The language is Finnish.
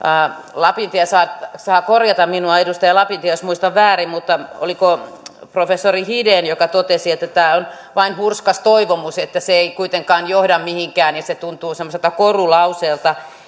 lapintie saa saa korjata minua jos muistan väärin mutta oliko professori hiden joka totesi että tämä on vain hurskas toivomus että se ei kuitenkaan johda mihinkään ja se tuntuu semmoiselta korulauseelta